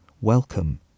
Welcome